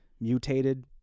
mutated